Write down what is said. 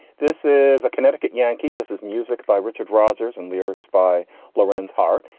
this is a connecticut yankee. this is music by richard rodgers and lyrics by lawrence hart.